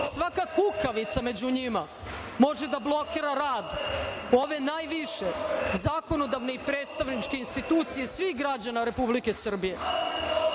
svaka kukavica među njima može da blokira rad ove najviše zakonodavne i predstavničke institucije svih građana Republike Srbije. Danas